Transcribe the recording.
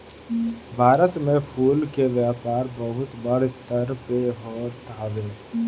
भारत में फूल के व्यापार बहुते बड़ स्तर पे होत हवे